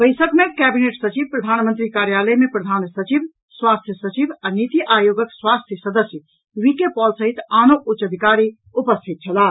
बैसक मे कैबिनेट सचिव प्रधानमंत्री कार्यालय मे प्रधान सचिव स्वास्थ्य सचिव आ नीति आयोगक स्वास्थ्य सदस्य वी के पॉल सहित आनो उच्च अधिकारी उपस्थित छलाह